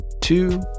two